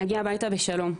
להגיע הביתה בשלום'.